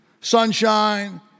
sunshine